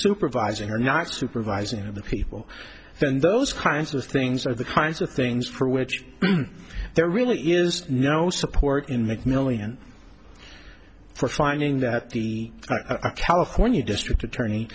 supervising or not supervising the people and those kinds of things are the kinds of things for which there really is no support in mcmillian for finding that the california district attorney